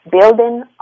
Building